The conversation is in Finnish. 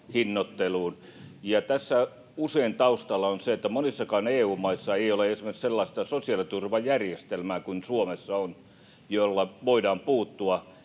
tässä usein taustalla on se, että monissakaan EU-maissa ei ole esimerkiksi sellaista sosiaaliturvajärjestelmää kuin Suomessa on, jolla voidaan puuttua